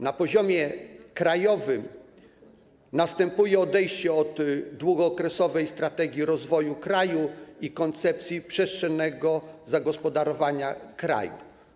Na poziomie krajowym następuje odejście od długookresowej strategii rozwoju kraju i koncepcji przestrzennego zagospodarowania kraju.